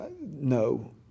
No